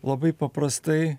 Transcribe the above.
labai paprastai